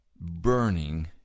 burning